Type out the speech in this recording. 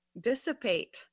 dissipate